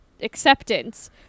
acceptance